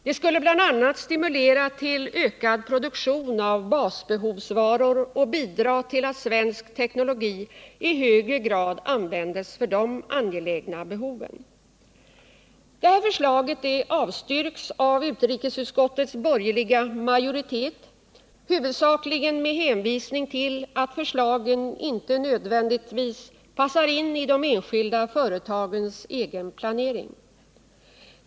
Det skulle bl.a. stimulera till ökad produktion av basbehovsvaror och bidra till att svensk teknologi i högre grad användes för de angelägna behoven. Detta förslag avstyrks av utrikesutskottets borgerliga majoritet, huvudsakligen med hänvisning till att förslagen inte nödvändigtvis passar in i de enskilda företagens egen planering.